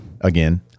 Again